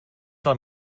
del